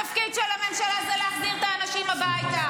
התפקיד של הממשלה זה להחזיר את האנשים הביתה,